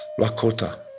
Lakota